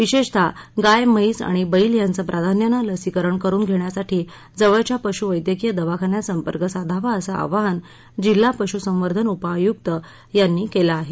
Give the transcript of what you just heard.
विशेषतः गाय म्हैस आणि बैल यांचं प्राधान्यानं लसीकरण करून घेण्यासाठी जवळच्या पश्वैद्यकीय दवाखान्यात संपर्क साधावा असं आवाहन जिल्हा पश्संवर्धन उपआयुक्त यांनी केलं आहे